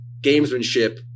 gamesmanship